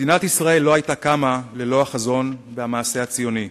מדינת ישראל לא היתה קמה ללא החזון והמעשה הציוני.